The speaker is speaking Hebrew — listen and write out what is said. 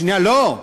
שנייה, לא.